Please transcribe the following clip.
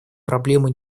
проблемы